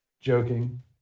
joking